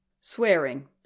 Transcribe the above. Swearing